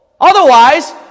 Otherwise